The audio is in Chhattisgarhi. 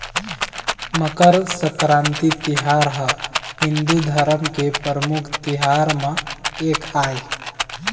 मकर संकरांति तिहार ह हिंदू धरम के परमुख तिहार म एक आय